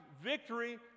victory